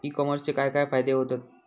E कॉमर्सचे काय काय फायदे होतत?